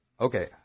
okay